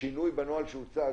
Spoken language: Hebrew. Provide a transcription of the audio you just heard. ששינוי בנוהל שהוצג